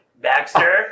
Baxter